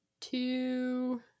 Two